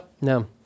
No